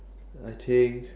I think